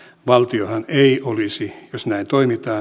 valtiohan ei olisi jos näin toimitaan